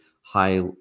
high